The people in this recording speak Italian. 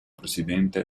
presidente